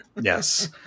Yes